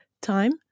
time